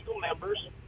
members